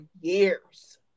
years